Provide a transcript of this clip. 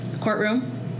courtroom